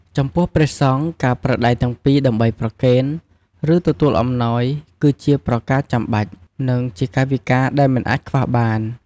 ចំពោះព្រះសង្ឃ ការប្រើដៃទាំងពីរដើម្បីប្រគេន ឬទទួលអំណោយ គឺជាប្រការចាំបាច់ និងជាកាយវិការដែលមិនអាចខ្វះបាន។